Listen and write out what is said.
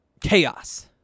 chaos